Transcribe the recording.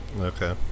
okay